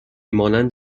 مانند